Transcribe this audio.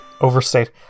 Overstate